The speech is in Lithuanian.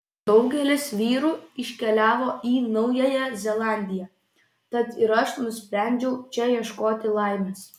daugelis vyrų iškeliavo į naująją zelandiją tad ir aš nusprendžiau čia ieškoti laimės